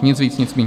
Nic víc, nic míň.